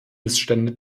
missstände